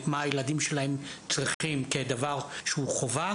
מה הילדים שלהן צריכים כדבר שהוא חובה?